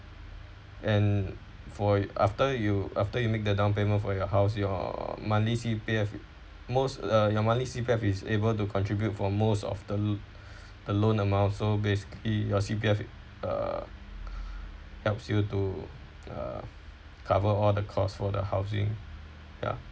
and for after you after you make the down payment for your house your monthly C_P_F most uh your monthly C_P_F is able to contribute for most of the the loan amount so basically your C_P_F uh helps you to uh cover all the cost for the housing ya